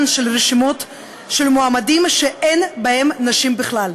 של רשימות של מועמדים שאין בהן נשים בכלל.